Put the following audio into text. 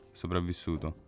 sopravvissuto